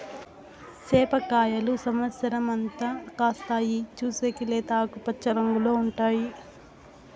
సేప కాయలు సమత్సరం అంతా కాస్తాయి, చూసేకి లేత ఆకుపచ్చ రంగులో ఉంటాయి